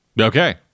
Okay